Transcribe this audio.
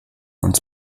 uns